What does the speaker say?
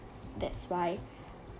that's why